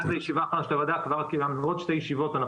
מאז הישיבה האחרונה של הוועדה כבר קיימנו עוד שתי ישיבות.